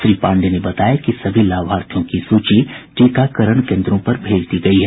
श्री पांडेय बताया कि सभी लाभार्थियों की सूची टीकाकरण केन्द्रों पर भेज दी गयी है